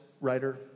writer